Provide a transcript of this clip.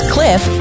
Cliff